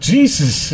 Jesus